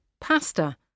Pasta